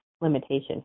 limitation